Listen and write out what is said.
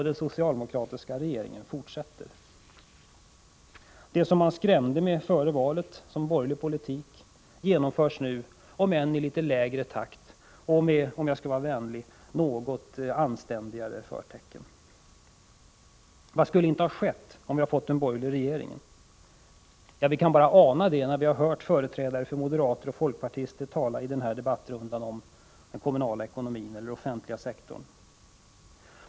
Den socialdemokratiska regeringen fortsätter på den vägen. Det som man före valet skrämde väljarna med som borgerlig politik genomförs nu av socialdemokraterna, om än i litet lägre takt och med — vänligt uttryckt — anständigare förtecken. Vad skulle inte ha skett om vi hade fått en borgerlig regering? Ja, vi kan bara ana det när vi har hört moderater och folkpartister i den här debattrundan tala om den kommunala ekonomin eller den offentliga sektorn.